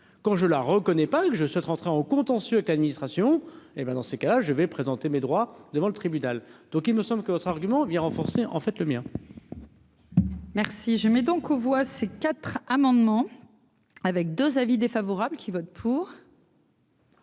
quand je la reconnais pas et que je souhaite rentrer en au contentieux avec l'administration, hé ben dans ces cas-là, je vais présenter mes droits devant le tribunal, donc il me semble que votre argument vient renforcer en fait le mien. Merci, je mets donc aux voix ces quatre amendements avec 2 avis défavorables qui vote pour.